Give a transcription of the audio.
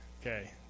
Okay